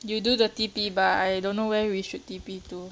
you do the T_P bah I don't know where we should T_P too